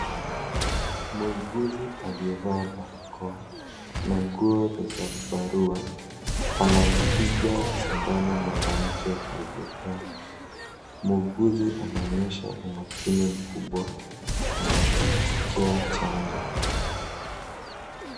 Muuguzi aliyevaa barakoa na nguo za zambarau anampiga sindano mwanamke aliyekaa. Muuguzi anaonyesha umakini mkubwa. Anapokea chanjo.